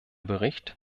bericht